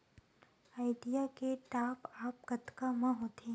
Idea के top आप कतका म होथे?